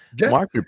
Mark